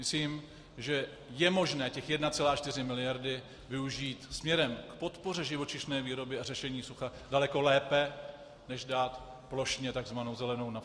Myslím, že je možné těch 1,4 mld. využít směrem k podpoře živočišné výroby a řešení sucha daleko lépe než dát plošně tzv. zelenou naftu.